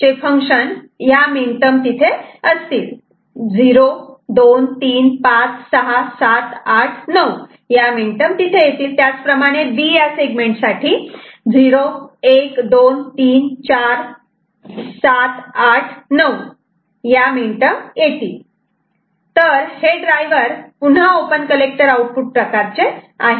a FABCD Σ m02356789 b FABCD Σ m01234789 तर हे driver पुन्हा ओपन कलेक्टर आउटपुट प्रकारचे आहे